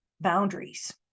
boundaries